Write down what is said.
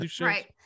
Right